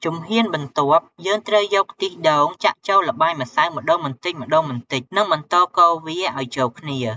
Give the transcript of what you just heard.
ជំហានបន្ទាប់ យើងត្រូវយកខ្ទិះដូងចាក់ចូលល្បាយម្សៅម្ដងបន្តិចៗ និងបន្តកូរវាអោយចូលគ្នា។